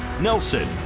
Nelson